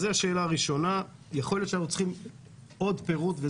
יכול להיות שאנחנו צריכים עוד פירוט,